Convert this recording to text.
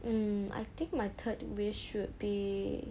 mm I think my third wish should be